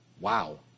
Wow